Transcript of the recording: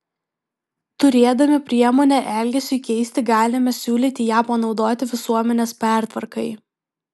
turėdami priemonę elgesiui keisti galime siūlyti ją panaudoti visuomenės pertvarkai